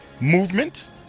movement